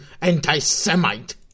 anti-semite